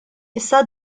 issa